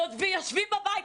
יושבים בבית.